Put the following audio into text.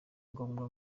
ngombwa